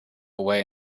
away